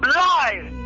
live